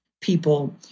people